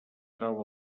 trau